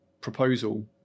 proposal